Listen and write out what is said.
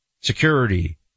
security